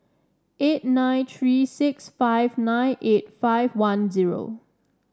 eight nine three six five nine eight five one zero